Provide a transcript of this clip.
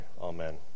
amen